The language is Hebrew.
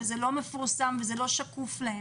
זה לא מפורסם וזה לא שקוף להם.